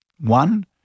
One